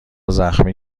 زخمی